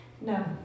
No